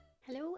Hello